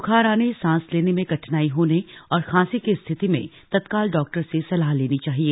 बुखार आने सांस लेने में कठिनाई होने और खांसी की स्थिति में तत्काल डॉक्टर से सलाह लेनी चाहिए